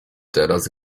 teraz